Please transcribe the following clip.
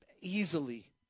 easily